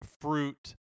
fruit